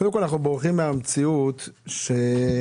בורחים מהמציאות לפיה